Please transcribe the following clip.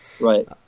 right